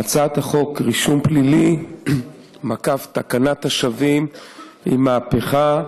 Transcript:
הצעת החוק הרישום הפלילי ותקנת השבים היא מהפכה